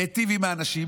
להיטיב עם האנשים,